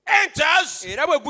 enters